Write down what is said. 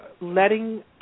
letting